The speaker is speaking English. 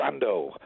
Brando